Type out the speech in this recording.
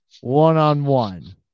one-on-one